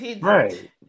Right